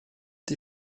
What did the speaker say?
die